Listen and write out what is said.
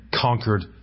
conquered